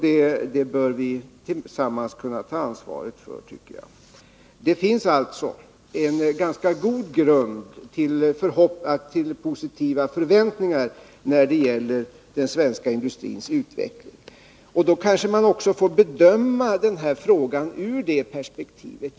Den bör vi tillsammans kunna ta ansvaret för, tycker jag. Det finns alltså en ganska god grund för positiva förväntningar när det gäller den svenska industrins utveckling, och då kanske man också får bedöma den här frågan ur det perspektivet.